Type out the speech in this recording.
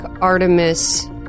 Artemis